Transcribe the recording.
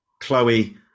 Chloe